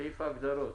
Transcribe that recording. סעיף ההגדרות.